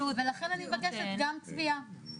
זאת אומרת שהן צריכות לבקש שיעזרו להן בהנגשה.